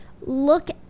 look